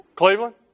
Cleveland